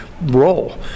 role